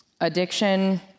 addiction